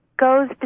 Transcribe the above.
goes